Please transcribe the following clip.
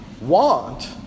want